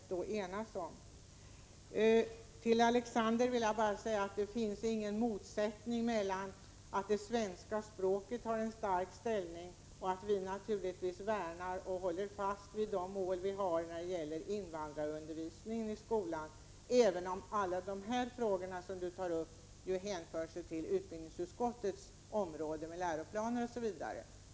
Jag vill säga till Alexander Chrisopoulos: Det finns ingen motsättning mellan det förhållandet att det svenska språket har en stark ställning och att vi naturligtvis värnar om och håller fast vid det mål vi har när det gäller 27 invandrarundervisningen i skolan — även om alla de frågor som Alexander Chrisopoulos här tar upp hänför sig till utbildningsutskottets område och berör läroplaner osv.